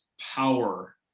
power